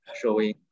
showing